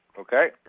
Okay